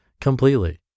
completely